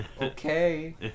okay